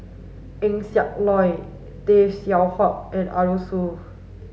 Eng Siak Loy Tay Seow Huah and Arasu